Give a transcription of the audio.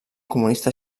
comunista